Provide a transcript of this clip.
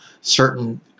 certain